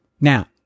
Now